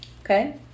Okay